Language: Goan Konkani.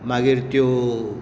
मागीर त्यो